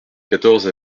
quatorze